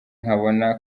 nkabona